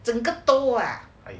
整个东 ah